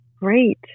great